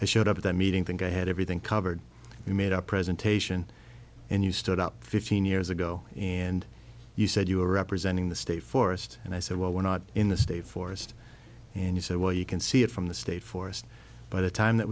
and showed up at that meeting think i had everything covered i made a presentation and you stood up fifteen years ago and you said you were representing the state forest and i said well we're not in the state forest and he said well you can see it from the state forest by the time that